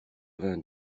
vingt